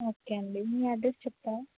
okay అండి మీ address చెప్తారా